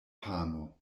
pano